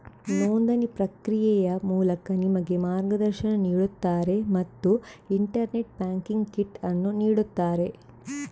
ನೋಂದಣಿ ಪ್ರಕ್ರಿಯೆಯ ಮೂಲಕ ನಿಮಗೆ ಮಾರ್ಗದರ್ಶನ ನೀಡುತ್ತಾರೆ ಮತ್ತು ಇಂಟರ್ನೆಟ್ ಬ್ಯಾಂಕಿಂಗ್ ಕಿಟ್ ಅನ್ನು ನೀಡುತ್ತಾರೆ